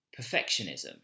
perfectionism